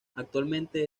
actualmente